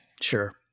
Sure